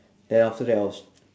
then after that I was